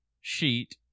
sheet